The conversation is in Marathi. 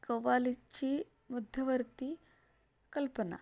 कव्वालीची मध्यवर्ती कल्पना